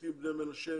קולטים בני מנשה,